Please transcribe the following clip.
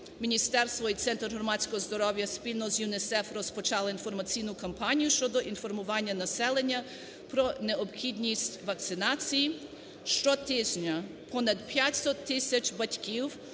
Міністерство і Центр громадського здоров'я спільно з ЮНІСЕФ розпочали інформаційну кампанію щодо інформування населення про необхідність вакцинації. Щотижня понад 500 тисяч батьків